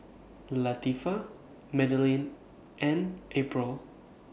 Latifah Madelyn and April